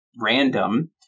random